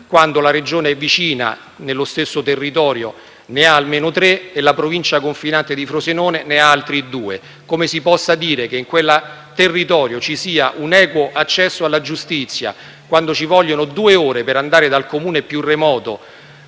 quando la Regione vicina, nello stesso territorio, ne ha almeno tre e la Provincia confinante di Frosinone altri due. Non capisco come si possa dire che in quel territorio ci sia un equo accesso alla giustizia, quando ci vogliono due ore dal Comune più remoto